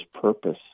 purpose